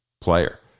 player